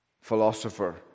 philosopher